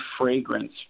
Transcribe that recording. fragrance